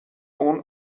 اون